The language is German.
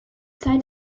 zeit